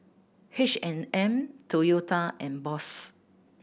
H and M Toyota and Bose